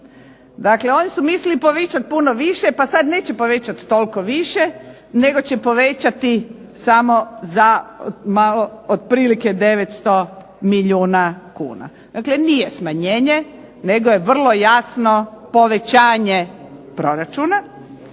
Dakle oni su mislili povećati puno više, pa sad neće povećati toliko više, nego će povećati samo za otprilike 900 milijuna kuna. Dakle nije smanjenje, nego je vrlo jasno povećanje proračuna,